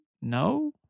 No